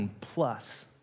plus